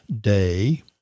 day